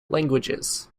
languages